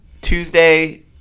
Tuesday